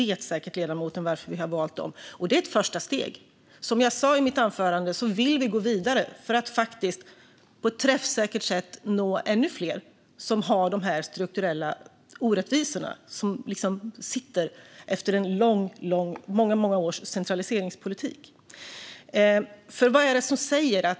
Ledamoten vet säkert varför vi har valt dem. Detta är ett första steg. Som jag sa i mitt anförande vill vi gå vidare för att på ett träffsäkert sätt nå ännu fler som drabbas av de strukturella orättvisor som sitter kvar efter många års centraliseringspolitik.